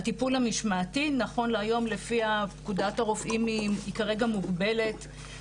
הטיפול המשמעתי נכון להיום לפי פקודת הרופאים היא כרגע מוגבלת,